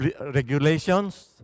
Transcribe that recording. regulations